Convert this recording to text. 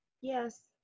yes